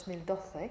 2012